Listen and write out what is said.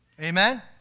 Amen